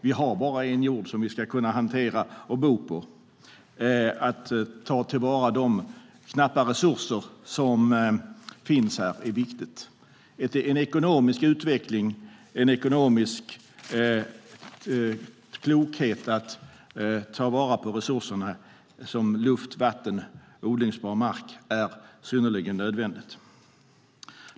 Vi har bara en jord som vi ska kunna hantera och bo på. Att ta till vara de knappa resurser som finns här är viktigt. En ekonomisk utveckling och en ekonomisk klokhet i att ta vara på resurser som luft, vatten och odlingsbar mark är synnerligen nödvändigt.